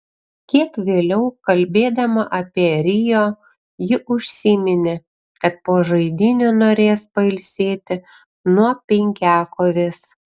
kiek vėliau kalbėdama apie rio ji užsiminė kad po žaidynių norės pailsėti nuo penkiakovės